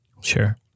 Sure